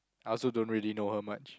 I also don't really know her much